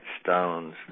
stones